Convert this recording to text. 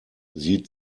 sie